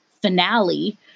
finale